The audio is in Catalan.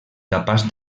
capaç